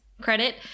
Credit